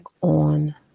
on